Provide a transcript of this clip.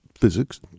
physics